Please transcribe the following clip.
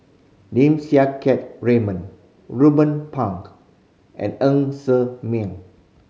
Lim Siang Keat Raymond Ruben Pang and Ng Ser Miang